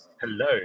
Hello